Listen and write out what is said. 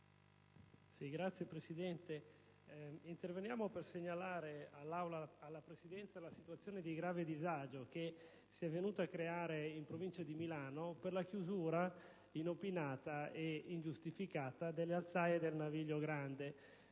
Signor Presidente, intervengo per segnalare all'Aula e alla Presidenza la situazione di grave disagio che si è venuta a creare in Provincia di Milano per la chiusura inopinata e ingiustificata delle alzaie del Naviglio grande.